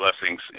Blessings